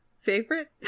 favorite